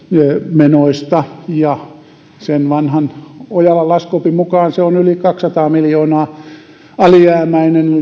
menoista sen vanhan ojalan laskuopin mukaan teidän esityksenne on yli kaksisataa miljoonaa alijäämäinen